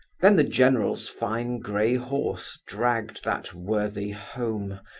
then the general's fine grey horse dragged that worthy home,